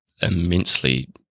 immensely